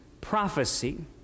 prophecy